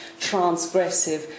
transgressive